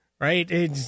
right